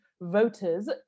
voters